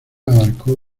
abarcó